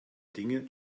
dinge